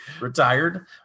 retired